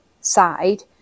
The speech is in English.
side